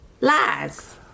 lies